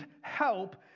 help